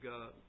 God